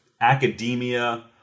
academia